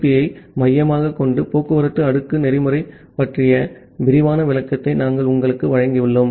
பியை மையமாகக் கொண்டு டிரான்ஸ்போர்ட் லேயர் புரோட்டோகால் பற்றிய விரிவான விளக்கத்தை நாங்கள் உங்களுக்கு வழங்கியுள்ளோம்